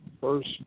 First